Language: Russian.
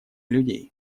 людей